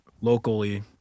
locally